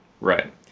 Right